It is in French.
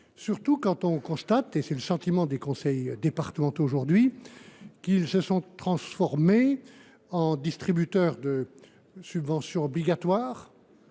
à bout. On constate – et c’est le sentiment des conseillers départementaux aujourd’hui – qu’ils se sont transformés en distributeurs de subventions obligatoires,